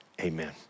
amen